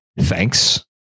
thanks